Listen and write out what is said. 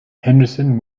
henderson